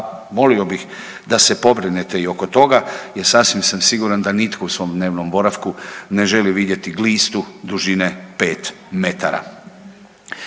molio bih da se pobrinete i oko toga jer sasvim sam siguran da nitko u svom dnevnom boravku ne želi vidjeti glistu dužine 5 metara.